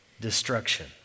destruction